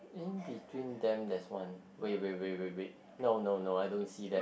in between them there's one wait wait wait wait wait no no no I don't see that